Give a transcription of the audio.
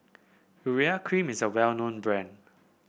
Urea Cream is a well known brand